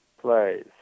plays